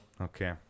Okay